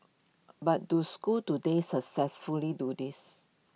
but do schools today successfully do this